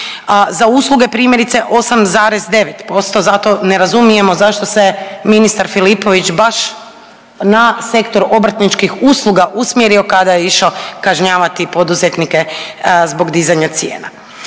za usluge primjerice 8,9% zato ne razumijemo zašto se ministar Filipović baš na sektor obrtničkih usluga usmjerio kada je išao kažnjavati poduzetnike zbog dizanja cijena.